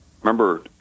Remember